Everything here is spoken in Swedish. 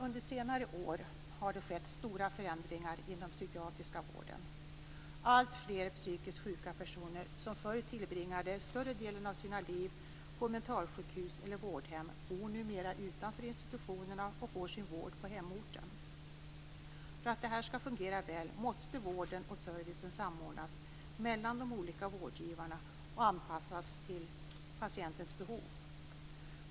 Under senare år har det skett stora förändringar inom den psykiatriska vården. Alltfler psykiskt sjuka personer, som förr tillbringade större delen av sina liv på mentalsjukhus eller vårdhem, bor numera utanför institutionerna och får sin vård på hemorten. För att detta skall fungera väl måste vården och servicen samordnas mellan de olika vårdgivarna och anpassas till patientens behov.